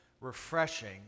refreshing